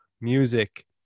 music